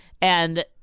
And-